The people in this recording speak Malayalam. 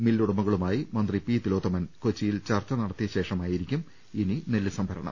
മില്ലുടമകളുമായി മന്ത്രി പി തിലോത്തമൻ കൊച്ചിയിൽ ചർച്ച നടത്തിയശേഷമായിരിക്കും ഇനി നെല്ല് സംഭരണം